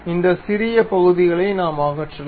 இந்த சிறிய பகுதிகளை நாம் அகற்றலாம்